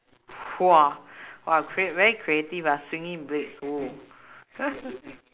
!wah! !wah! create very creative ah swinging blades !whoa!